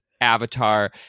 avatar